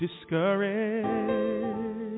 discouraged